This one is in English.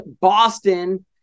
Boston